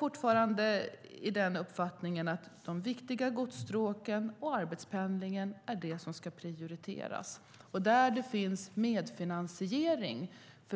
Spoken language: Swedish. Min uppfattning är att de viktiga godsstråken och arbetspendlingen ska prioriteras.